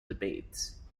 debates